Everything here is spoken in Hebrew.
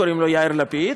קוראים לו יאיר לפיד,